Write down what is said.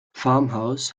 farmhouse